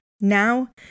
now